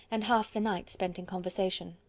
and half the night spent in conversation.